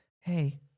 hey